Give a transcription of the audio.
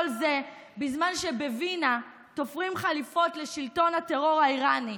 בזמן שבווינה תופרים חליפות לשלטון הטרור האיראני,